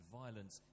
violence